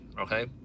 okay